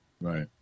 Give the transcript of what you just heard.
Right